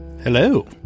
Hello